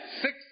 Six